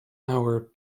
hour